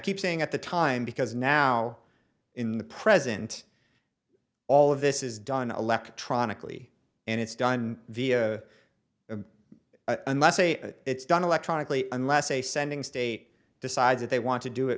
keep saying at the time because now in the present all of this is done electronically and it's done via unless a it's done electronically unless a sending state decides that they want to do it